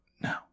no